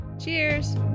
Cheers